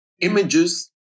images